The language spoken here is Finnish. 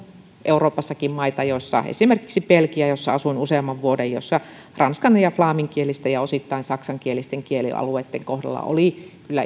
euroopassakin maita esimerkiksi belgia missä asuin useamman vuoden missä ranskan ja flaaminkielisten ja osittain saksankielisten kielialueitten kohdalla oli kyllä